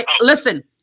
Listen